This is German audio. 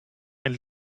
ein